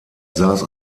saß